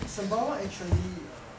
sembawang actually err